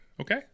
Okay